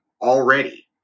already